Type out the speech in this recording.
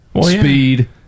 speed